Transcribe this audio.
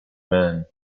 man